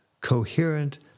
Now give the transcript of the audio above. coherent